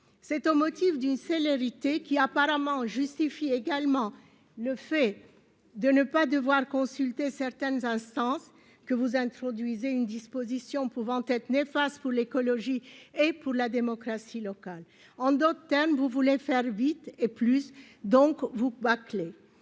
C'est au motif d'une célérité justifiant aussi, apparemment, l'absence de consultation de certaines instances que vous introduisez une disposition pouvant être néfaste pour l'écologie et la démocratie locale. En d'autres termes, vous voulez faire vite et plus, et donc vous bâclez.